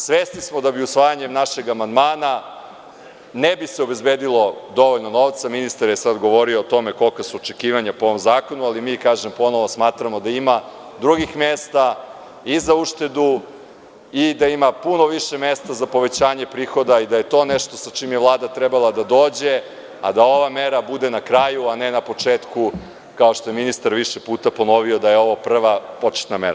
Svesni smo da bi usvajanjem našeg amandmana se ne bi obezbedilo dovoljno novca, ministar je sada govorio o tome kolika su očekivanja po ovom zakonu, ali mi, kažem, ponovo smatramo da ima drugih mesta i za uštedu i da ima puno više mesta za povećanje prihoda i da je to nešto sa čime je Vlada trebala da dođe a da ova mera bude na kraju a ne na početku, kao što je ministar više puta ponovio da je ovo prva početna mera.